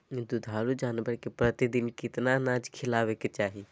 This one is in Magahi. दुधारू जानवर के प्रतिदिन कितना अनाज खिलावे के चाही?